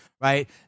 right